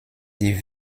die